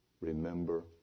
remember